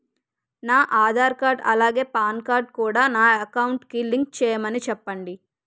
నా ఆధార్ కార్డ్ అలాగే PAN card కూడా నా అకౌంట్ కి లింక్ చేయమని చెప్పండి